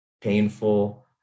painful